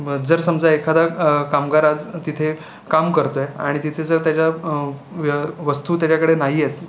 जर समजा एखादा कामगार आज तिथे काम करतोय आणि तिथे जर त्याच्या व वस्तू त्याच्याकडे नाही आहेत